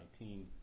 2019